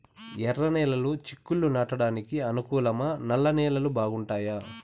ఎర్రనేలలు చిక్కుళ్లు నాటడానికి అనుకూలమా నల్ల నేలలు బాగుంటాయా